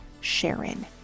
Sharon